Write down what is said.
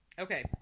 Okay